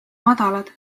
madalad